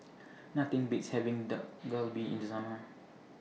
Nothing Beats having Dak Galbi in The Summer